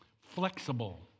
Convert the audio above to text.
flexible